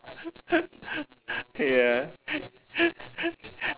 ya